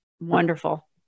wonderful